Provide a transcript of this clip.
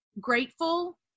grateful